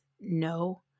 no